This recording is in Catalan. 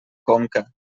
conca